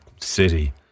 city